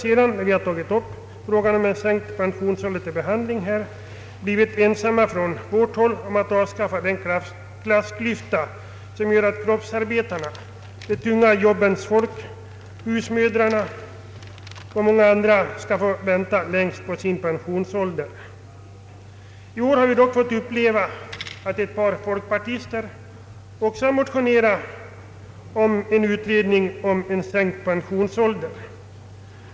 Sedan dess har vi varje år motionerat om ett avskaffande av den klassklyfta som gör att kroppsarbetare, de tunga jobbens folk, husmödrar och många andra får vänta längst på sin pensionering. I år har vi fått uppleva att ett par folkpartister också motionerat om en utredning rörande sänkt pensionsålder.